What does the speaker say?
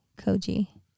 koji